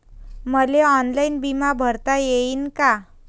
मले ऑनलाईन बिमा भरता येईन का?